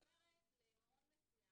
ואומרת למעון מסוים